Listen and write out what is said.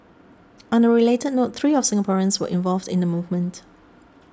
on a related note three of Singaporeans were involved in the movement